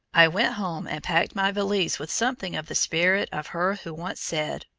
i went home and packed my valise with something of the spirit of her who once said,